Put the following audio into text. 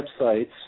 websites